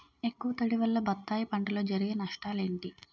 ఎక్కువ తడి వల్ల బత్తాయి పంటలో జరిగే నష్టాలేంటి?